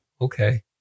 Okay